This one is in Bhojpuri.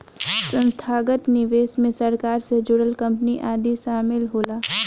संस्थागत निवेशक मे सरकार से जुड़ल कंपनी आदि शामिल होला